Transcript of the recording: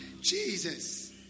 Jesus